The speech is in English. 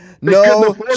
No